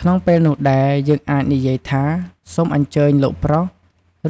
ក្នុងពេលនោះដែរ យើងអាចនិយាយថា "សូមអញ្ជើញលោកប្រុស